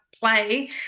play